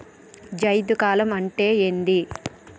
జైద్ కాలం అంటే ఏంది?